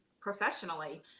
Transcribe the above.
professionally